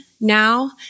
now